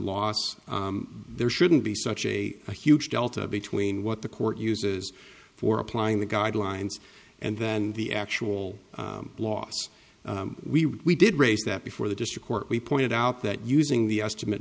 last there shouldn't be such a huge delta between what the court uses for applying the guidelines and then the actual loss we did raise that before the district court we pointed out that using the estimate